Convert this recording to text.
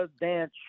dance